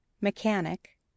Mechanic